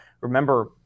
remember